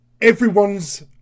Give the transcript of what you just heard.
everyone's